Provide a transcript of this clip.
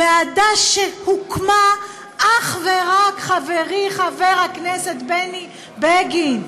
ועדה שהוקמה אך ורק, חברי חבר הכנסת בני בגין,